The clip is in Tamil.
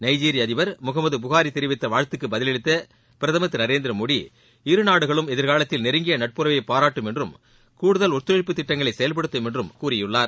நைஜீரிய அதிபர் முகமது புகாரி தெரிவித்த வாழ்த்துக்கு பதிலளித்த பிரதமர் திரு நரேந்திர மோடி இருநாடுகளும் எதிர்காலத்தில் நெருங்கிய நட்புறவை பாராட்டும் என்றும் கடுதல் ஒத்துழைப்பு திட்டங்களை செயல்படுத்தும் என்றும் கூறியுள்ளார்